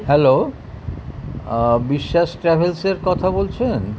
hello বিশ্বাস ট্র্যাভেলসের কথা বলছেন